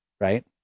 right